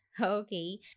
okay